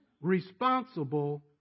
responsible